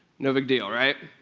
no big deal, right?